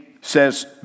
says